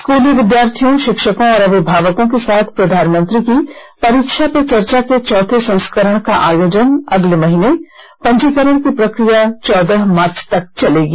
स्कूली विद्यार्थियों शिक्षकों और अभिभावकों के साथ प्रधानमंत्री के परीक्षा पे चर्चा के चौथे संस्करण का आयोजन अगले माह पंजीकरण की प्रक्रिया चौदह मार्च तक चलेगी